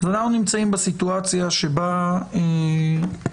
אנחנו נמצאים בסיטואציה שבה אנחנו